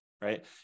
right